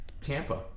Tampa